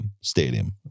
Stadium